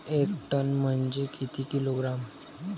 एक टन म्हनजे किती किलोग्रॅम?